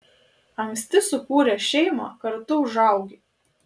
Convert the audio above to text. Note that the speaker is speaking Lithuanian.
anksti sukūręs šeimą kartu užaugi